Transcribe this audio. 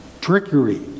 trickery